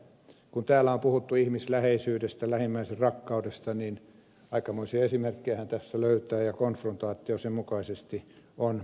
kun täällä on puhuttu ihmisläheisyydestä lähimmäisenrakkaudesta niin aikamoisia esimerkkejähän tässä löytää ja konfrontaatio sen mukaisesti on aika suuri